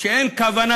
שאין כוונה